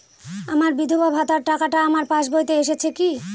আমার বিধবা ভাতার টাকাটা আমার পাসবইতে এসেছে কি?